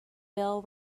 bell